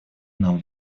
нам